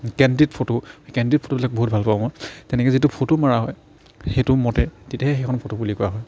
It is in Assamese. কেণ্ডিড ফটো কেণ্ডিড ফটোবিলাক বহুত ভাল পাওঁ মই তেনেকৈ যিটো ফটো মাৰা হয় সেইটো মতে তেতিয়াহে সেইখন ফটো বুলি কোৱা হয়